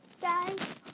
guys